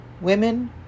women